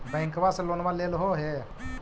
बैंकवा से लोनवा लेलहो हे?